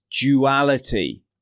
duality